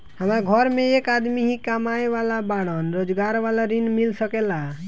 हमरा घर में एक आदमी ही कमाए वाला बाड़न रोजगार वाला ऋण मिल सके ला?